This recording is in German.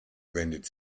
wendet